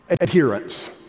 adherence